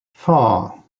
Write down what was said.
four